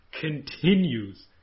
continues